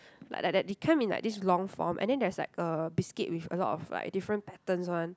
like like like they come in like this long form and then there's like a biscuit with a lot of like different patterns one